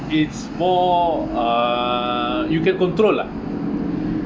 it's more err you can control lah